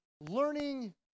learning